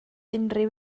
unrhyw